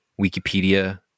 Wikipedia